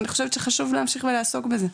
ואני חושבת שחשוב להמשיך ולעסוק בזה.